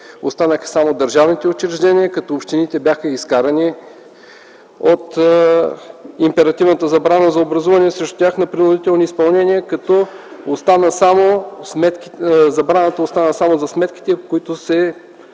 останаха само държавните учреждения, като общините бяха изкарани от императивната забрана за образуване срещу тях на принудителни изпълнения като забраната остана само за сметките, по които се